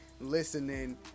listening